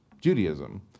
Judaism